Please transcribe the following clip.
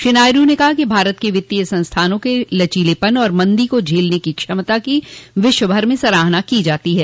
श्री नायडू न कहा कि भारत के वित्तीय संस्थानों के लचीलेपन और मंदी को झेलने की क्षमता की विश्वभर में सराहना की जाती है